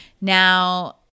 Now